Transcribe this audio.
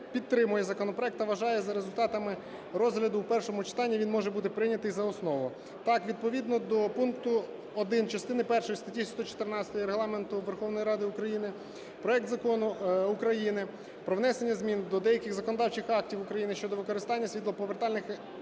підтримує законопроект та вважає: за результатами розгляду в першому читанні він може бути прийнятий за основу. Так, відповідно до пункту 1 частини першої статті 114 Регламенту Верховної Ради України проект Закону України про внесення змін до деяких законодавчих актів України щодо використання світлоповертальних елементів